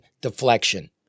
deflection